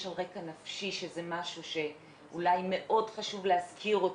יש על רקע נפשי שזה משהו שאולי מאוד חשוב להזכיר אותו.